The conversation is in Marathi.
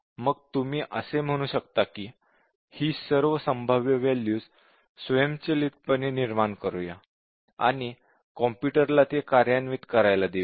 पण मग तुम्ही असे म्हणू शकता की ही सर्व संभाव्य वॅल्यूज स्वयंचलितपणे निर्माण करूया आणि कॉम्पुटर ला ते कार्यान्वित करायला देऊया